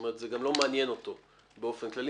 זה גם לא מעניין אותו באופן כללי.